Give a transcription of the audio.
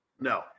No